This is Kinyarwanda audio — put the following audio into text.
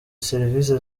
serivise